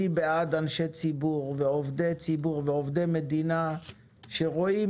אני בעד אנשי ציבור ועובדי ציבור ועובדי מדינה שרואים